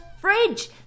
fridge